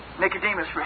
Nicodemus